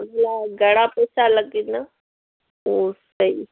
या घणा पेसा लॻंदा हूअ सई